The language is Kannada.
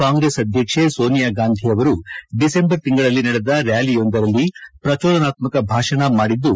ಕಾಂಗ್ರೆಸ್ ಅಧ್ವಕ್ಷೆ ಸೋನಿಯಾಗಾಂಧಿ ಅವರು ಡಿಸೆಂಬರ್ ತಿಂಗಳಲ್ಲಿ ನಡೆದ ಕ್ನಾಲಿಯೊಂದರಲ್ಲಿ ಪ್ರಚೋದನಾತ್ಕಕ ಭಾಷಣ ಮಾಡಿದ್ದು